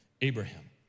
Abraham